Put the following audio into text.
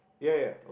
yeah yeah yeah